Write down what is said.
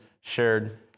shared